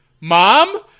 mom